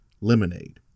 lemonade